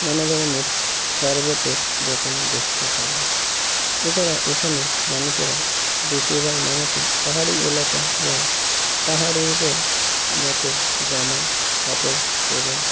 নানা ধরনের শরবতের দোকান দেখতে পাবেন এছাড়া এখানের মানুষেরা বেশিরভাগ মানুষই পাহাড়ি এলাকা হওয়ায় পাহাড়িদের মতো জামা কাপড় পরে